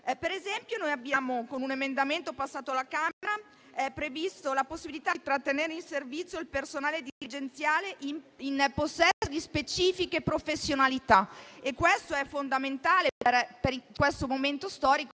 per esempio, con un emendamento passato alla Camera, previsto la possibilità di trattenere in servizio il personale dirigenziale in possesso di specifiche professionalità. E ciò è fondamentale soprattutto in questo momento storico,